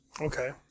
Okay